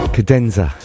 Cadenza